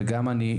וגם אני,